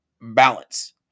balance